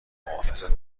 محافظت